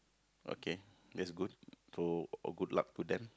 okay that's good so uh good luck to them